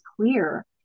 clear